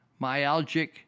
myalgic